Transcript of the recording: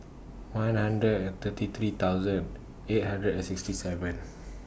one hundred and thirty three thousand eight hundred and sixty seven